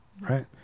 right